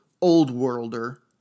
old-worlder